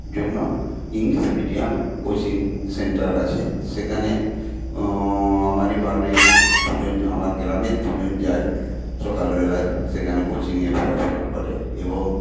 জন্য English medium coaching centre আছে সেখানে আমারই বাড়ির দুজন আমার গ্রামের দুজন যায় সকালবেলায় সেখানে কোচিংয়ে পড়াশোনা করে এবং